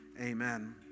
Amen